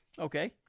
Okay